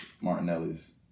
Martinelli's